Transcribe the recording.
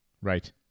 right